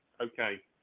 okay